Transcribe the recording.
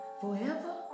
forever